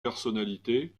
personnalités